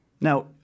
Now